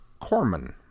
Corman